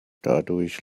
dadurch